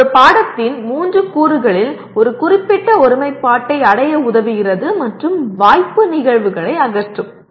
இது ஒரு பாடத்தின் மூன்று கூறுகளில் ஒரு குறிப்பிட்ட ஒருமைப்பாட்டை அடைய உதவுகிறது மற்றும் வாய்ப்பு நிகழ்வுகளை அகற்றும்